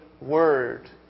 word